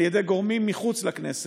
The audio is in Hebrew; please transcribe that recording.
שמוגשות על ידי גורמים מחוץ לכנסת,